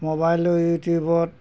মোবাইলৰ ইউটিউবত